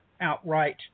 outright